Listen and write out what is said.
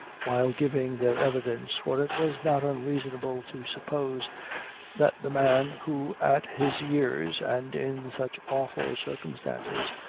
while giving their evidence, for it was not unreasonable to suppose that the man, who at his years, and in such awful circumstances,